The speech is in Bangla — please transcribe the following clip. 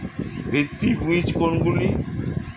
ভিত্তি বীজ কোনগুলি?